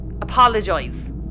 Apologise